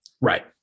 Right